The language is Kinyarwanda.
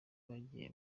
bagiye